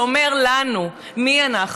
שאומר לנו מי אנחנו,